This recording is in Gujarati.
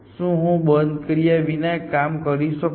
શું હું બંધ કર્યા વિના કામ કરી શકું